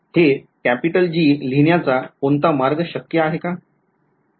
हे G लिहिण्याचा कोणता मार्ग शक्य आहे का